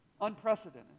Unprecedented